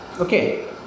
Okay